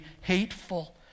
hateful